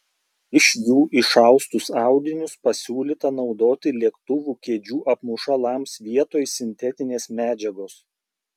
iš jų išaustus audinius pasiūlyta naudoti lėktuvų kėdžių apmušalams vietoj sintetinės medžiagos